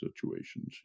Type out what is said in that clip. situations